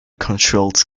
controls